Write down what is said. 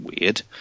weird